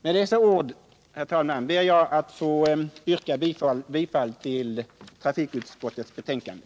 Med dessa ord, herr talman, ber jag att få yrka bifall till trafikutskottets betänkande.